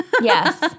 Yes